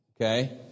Okay